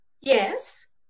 Yes